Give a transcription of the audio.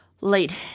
late